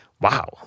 wow